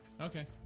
Okay